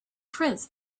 prince